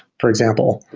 for example.